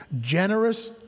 Generous